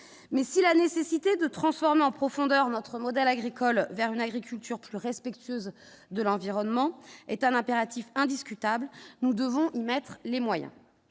mais si la nécessité de transformer en profondeur notre modèle agricole vers une agriculture plus respectueuse de l'environnement est un impératif indiscutable, nous devons y mettre les moyens,